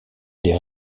des